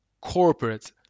corporate